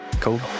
cool